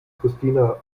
christina